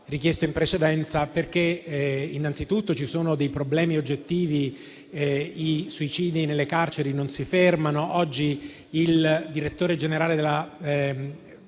Grazie,